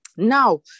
Now